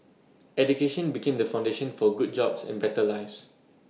education became the foundation for good jobs and better lives